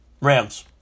Rams